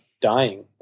dying